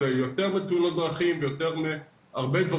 זה יותר לתאונות דרכים והרבה דברים